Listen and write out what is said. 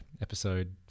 episode